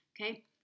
okay